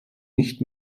nicht